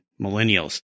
millennials